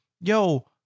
yo